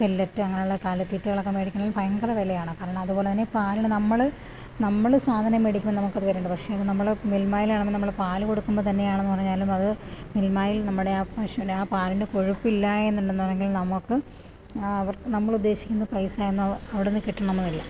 pellet അങ്ങനെയുള്ള കാലിത്തീറ്റകളൊക്കെ മേടിക്കണമെങ്കില് ഭയങ്കര വിലയാണ് കാരണം അതുപോലെ തന്നെ പാലിന് നമ്മള് നമ്മള് സാധനം മേടിക്കുമ്പോള് നമുക്കത് വിലയുണ്ട് പക്ഷെ അത് നമ്മള് മിൽമയിലാണ് നമ്മള് പാല് കൊടുക്കുമ്പോള് തന്നെ ആണെന്ന് പറഞ്ഞാലും അത് മിൽമായിൽ നമ്മുടെ ആ പശുവിന് ആ പാലിന് കൊഴുപ്പില്ല എന്നുണ്ടെന്നുണ്ടെങ്കിൽ നമുക്ക് അവർക്ക് നമ്മളുദ്ദേശിക്കുന്ന പൈസയൊന്നും അവിടെനിന്നു കിട്ടണമെന്നില്ല